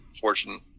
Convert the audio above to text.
fortune